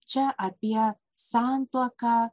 čia apie santuoką